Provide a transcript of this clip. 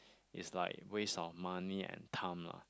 it's like waste of money and time lah